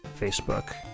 facebook